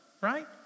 right